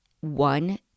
One